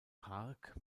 park